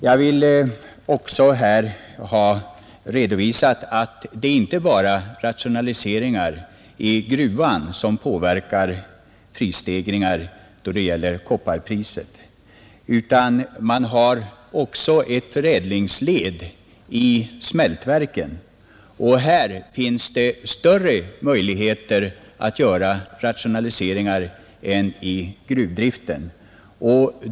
Jag vill också här ha redovisat att det inte bara är rationaliseringar i gruvan som påverkar prisstegringar då det gäller kopparpriset, utan man har också ett förädlingsled i smältverken, och här finns det större möjligheter att göra rationaliseringar än i gruvdriften.